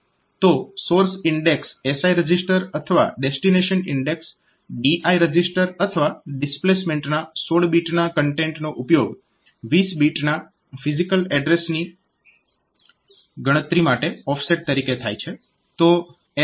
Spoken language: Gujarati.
તો સોર્સ ઈન્ડેક્સ SI રજીસ્ટર અથવા ડેસ્ટીનેશન ઈન્ડેક્સ DI રજીસ્ટર અથવા ડિસ્પ્લેસમેન્ટ ના 16 બીટના કન્ટેન્ટનો ઉપયોગ 20 બીટના ફિઝીકલ એડ્રેસની ગણતરી માટે ઓફસેટ તરીકે થાય છે